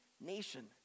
nation